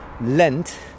Lent